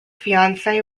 fiance